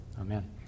Amen